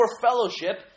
fellowship